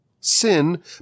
sin